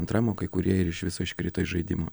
antram o kai kurie ir iš viso iškrito iš žaidimo